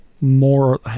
more